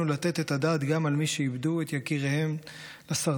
לתת את הדעת גם על מי שאיבדו את יקיריהם לסרטן,